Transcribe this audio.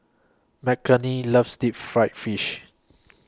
Mckenna loves Deep Fried Fish